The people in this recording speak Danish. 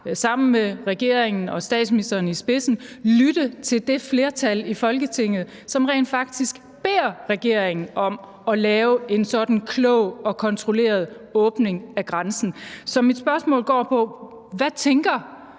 sammen med regeringen og med statsministeren i spidsen kan lytte til det flertal i Folketinget, som rent faktisk beder regeringen om at lave en sådan klog og kontrolleret åbning af grænsen. Så mit spørgsmål lyder: Hvad tænker